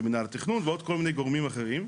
זה מנהל התכנון ועוד כל מיני גורמים אחרים.